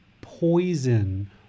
poison